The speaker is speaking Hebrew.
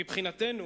מבחינתנו,